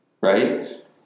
right